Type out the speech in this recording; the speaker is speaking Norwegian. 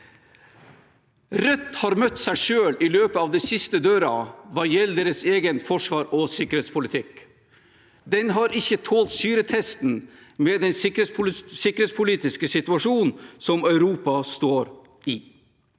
Rødt har møtt seg selv i døra i det siste hva gjelder deres egen forsvars- og sikkerhetspolitikk. Den har ikke tålt syretesten med den sikkerhetspolitiske situasjonen Europa står i.